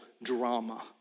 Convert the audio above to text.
drama